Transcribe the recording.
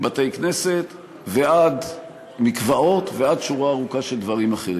מבתי-כנסת ועד מקוואות ועד שורה ארוכה של דברים אחרים.